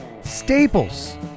Staples